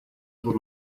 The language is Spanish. sus